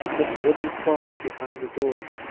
its wooden clock behind the door.